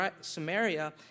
Samaria